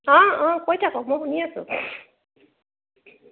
অ' অ' কৈ থাকক মই শুনি আছোঁ